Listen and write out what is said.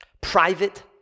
private